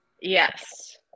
yes